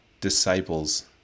disciples